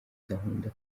gahunda